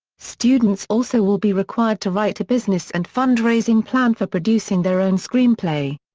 students also will be required to write a business and fundraising plan for producing their own screenplay.